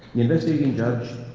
the investigating judge,